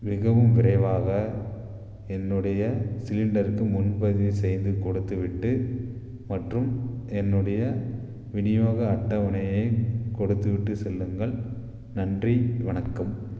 மிகவும் விரைவாக என்னுடைய சிலிண்டருக்கு முன்பதிவு செய்துக் கொடுத்துவிட்டு மற்றும் என்னுடைய விநியோக அட்டவணையைக் கொடுத்துவிட்டு செல்லுங்கள் நன்றி வணக்கம்